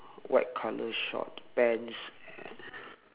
white colour short pants and